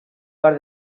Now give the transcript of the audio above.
par